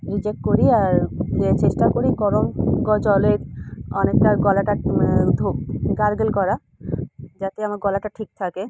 reject করি আর দিয়ে চেষ্টা করি গরম গ জলে অনেকটা গলাটা ধো গার্গল করা যাতে আমার গলাটা ঠিক থাকে